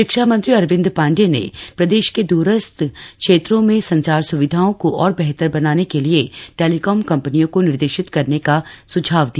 शिक्षा मंत्री अरविन्द पाण्डेय ने प्रदेश के दूरस्त क्षेत्रों में संचार सुविधाओं को और वेहतर बनाने के लिए टेलीकाम कम्पनियों को निर्देशित करने का सुझाव दिया